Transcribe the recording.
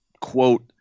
quote